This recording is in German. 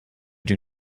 dir